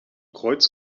kreuz